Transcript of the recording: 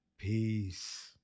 Peace